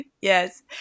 Yes